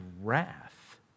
wrath